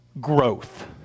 growth